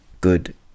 good